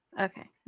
Okay